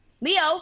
Leo